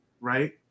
right